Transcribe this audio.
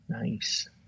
nice